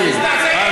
מזדעזעים.